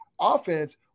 offense